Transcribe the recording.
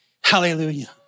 Hallelujah